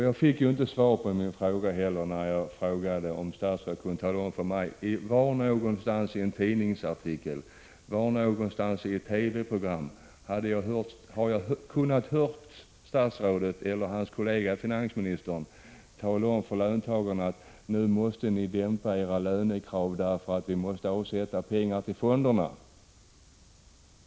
Jag fick inte något svar på min fråga till statsrådet om han kunde visa på någon tidningsartikel eller något TV-program där jag hade kunnat konstatera att statsrådet eller hans kollega finansministern hade sagt till löntagarna att de måste dämpa sina lönekrav därför att pengar måste avsättas till fonderna.